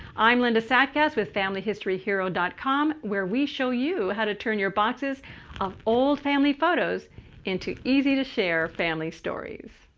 i'm linda sattgast with familyhistoryhero com, where we show you how to turn your boxes of old family photos into easy to share family stories.